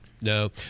No